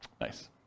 Nice